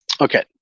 Okay